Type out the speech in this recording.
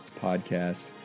podcast